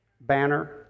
Banner